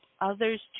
others